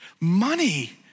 Money